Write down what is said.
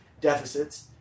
deficits